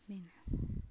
बेनो